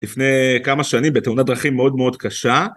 לפני כמה שנים בתאונת דרכים מאוד מאוד קשה.